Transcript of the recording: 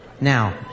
Now